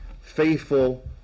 faithful